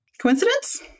Coincidence